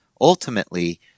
Ultimately